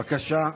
בבקשה,